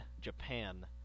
Japan